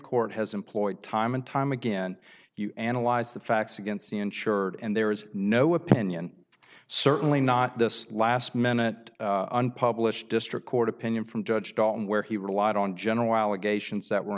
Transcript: court has employed time and time again you analyze the facts against the insured and there is no opinion certainly not this last minute unpublished district court opinion from judge dalton where he relied on general allegations that were